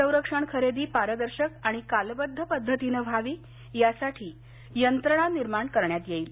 संरक्षण खरेदी पारदर्शक आणि कालबद्ध पद्धतीनं व्हावी यासाठी यंत्रणा निर्माण करण्यात येईल